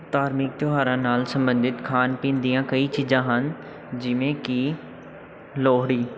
ਧਾਰਮਿਕ ਤਿਉਹਾਰ ਨਾਲ ਸੰਬੰਧਿਤ ਖਾਣ ਪੀਣ ਦੀਆਂ ਕਈ ਚੀਜ਼ਾਂ ਹਨ ਜਿਵੇਂ ਕਿ ਲੋਹੜੀ